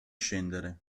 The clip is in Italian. scendere